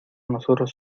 nosotros